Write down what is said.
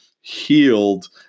healed